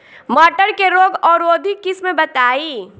मटर के रोग अवरोधी किस्म बताई?